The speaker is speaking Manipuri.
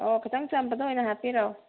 ꯑꯧ ꯈꯤꯇꯪ ꯆꯝꯕꯗ ꯑꯣꯏꯅ ꯍꯥꯞꯄꯤꯔꯛꯑꯣ